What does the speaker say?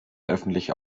öffentliche